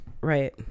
right